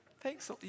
Thanks